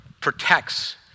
protects